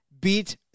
Beat